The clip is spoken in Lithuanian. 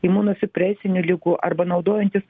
imunosupresinių ligų arba naudojantys